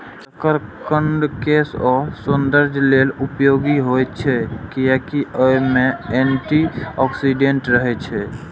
शकरकंद केश आ सौंदर्य लेल उपयोगी होइ छै, कियैकि अय मे एंटी ऑक्सीडेंट रहै छै